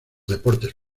deportes